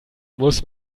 muss